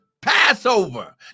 Passover